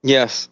Yes